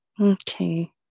Okay